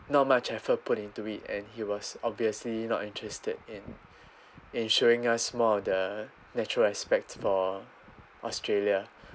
not much effort put into it and he was obviously not interested in in showing us more of the natural aspects for australia